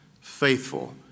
faithful